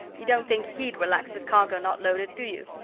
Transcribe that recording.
you don't think he'd relax with cargo not loaded, do you?